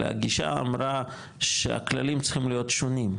אלא הגישה אמרה שהכללים צריכים להיות שונים,